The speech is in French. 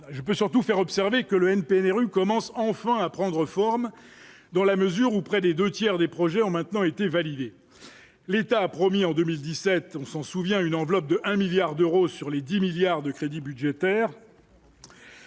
je peux surtout faire observer que le NPNRU commence enfin à prendre forme, dans la mesure où près des 2 tiers des projets ont maintenant été validé l'État a promis en 2017 on s'en souvient, une enveloppe de 1 milliard d'euros sur les 10 milliards de crédits budgétaires.